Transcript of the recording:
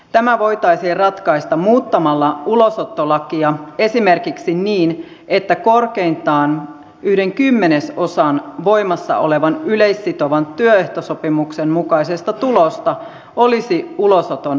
tämä voitaisiin ratkaista muuttamalla ulosottolakia esimerkiksi niin että korkeintaan yksi kymmenesosa voimassa olevan yleissitovan työehtosopimuksen mukaisesta tulosta olisi ulosoton alaista